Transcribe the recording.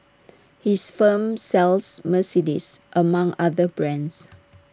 his firm sells Mercedes among other brands